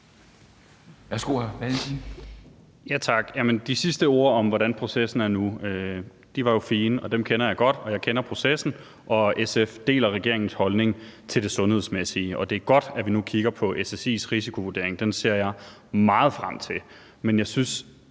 De sidste ord om, hvordan processen er nu, var jo fine, og dem kender jeg godt, og jeg kender processen, og SF deler regeringens holdning til det sundhedsmæssige, og det er godt, at vi nu kigger på SSI's risikovurdering, den ser jeg meget frem til.